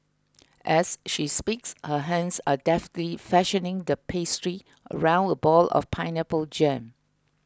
as she speaks her hands are deftly fashioning the pastry around a ball of pineapple jam